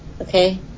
Okay